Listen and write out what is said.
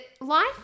life